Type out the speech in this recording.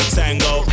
tango